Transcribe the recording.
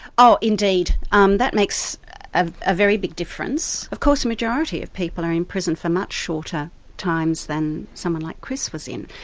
oh indeed. um that makes a ah very big difference. of course the majority of people are in prison for much shorter times than someone like chris was in.